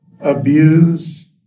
abuse